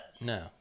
No